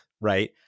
right